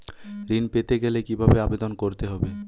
ঋণ পেতে গেলে কিভাবে আবেদন করতে হবে?